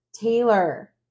Taylor